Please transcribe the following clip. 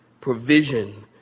provision